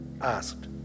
asked